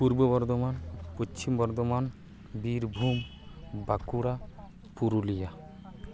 Purba Bardhaman Paschim Bardhaman Birbhum Bankura Purulia